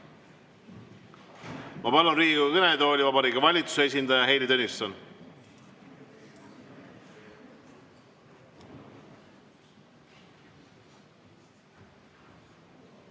Ma palun Riigikogu kõnetooli Vabariigi Valitsuse esindaja Heili Tõnissoni.